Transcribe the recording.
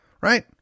right